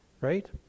Right